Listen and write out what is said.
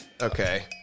Okay